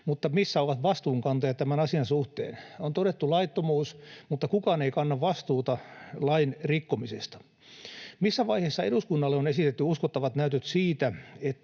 mutta missä ovat vastuunkantajat tämän asian suhteen? On todettu laittomuus, mutta kukaan ei kanna vastuuta lain rikkomisesta. Missä vaiheessa eduskunnalle on esitetty uskottavat näytöt siitä,